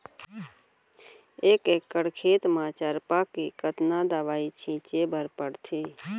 एक एकड़ खेत म चरपा के कतना दवई छिंचे बर पड़थे?